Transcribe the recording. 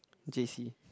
J_C